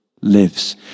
lives